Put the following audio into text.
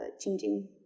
changing